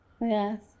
Yes